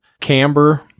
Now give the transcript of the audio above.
camber